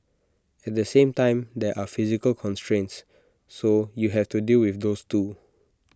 at the same time there are physical constraints so you have to deal with those too